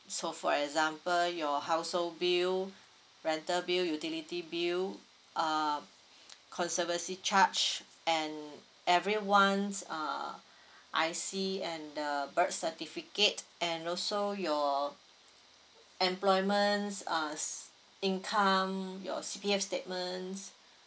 so for example your household bill rental bill utility bill uh conservancy charge and everyone's uh I_C and the birth certificate and also your employment's uh income your C_P_F statements